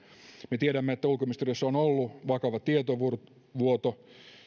me tiedämme että ulkoministeriössä on ollut vakava tietovuoto